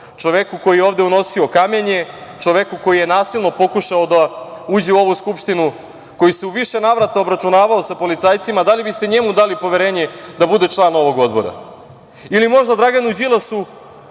čoveku koji je ovde unosio kamenje, čoveku koji je nasilno pokušao da uđe u ovu Skupštinu, koji se u više navrata obračunavao sa policajcima, da li biste njemu dali poverenje da bude član ovog odbora? Ili možda Draganu Đilasu,